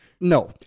no